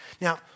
Now